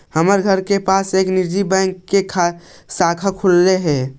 हमर घर के पास ही एक निजी बैंक की शाखा खुललई हे